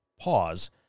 pause